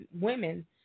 women